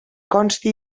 consti